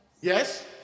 Yes